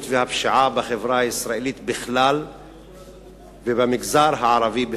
והפשיעה בחברה הישראלית בכלל ובמגזר הערבי בפרט.